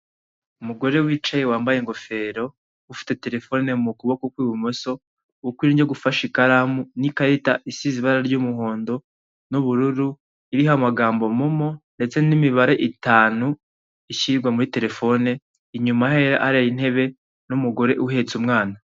Umugore wicaye wambaye ingofero, ufite telefone mu kuboko kw'ibumoso, ukw'ibiryo gufashe ikaramu n'ikarita isize ibara ry'umuhondo n'ubururu, iriho amagambo momo ndetse ni mibare itanu ishyirwa muri telefone, inyuma he hari intebe n'umugore uhetse umwana.